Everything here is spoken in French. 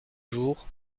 jour